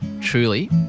Truly